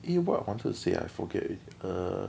eh what I wanted to say ah I forget already err